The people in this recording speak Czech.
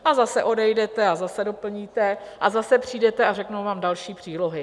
A zase odejdete a zase doplníte a zase přijdete a řeknou vám další přílohy.